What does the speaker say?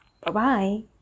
Bye-bye